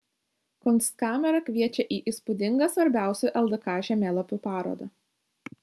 kunstkamera kviečia į įspūdingą svarbiausių ldk žemėlapių parodą